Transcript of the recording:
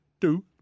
two